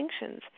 extinctions